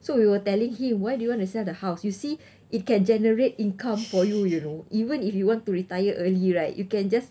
so we were telling him why do you want to sell the house you see it can generate income for you you know even if you want to retire early right you can just